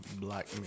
black